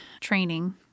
training